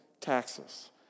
Taxes